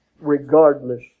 regardless